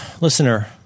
listener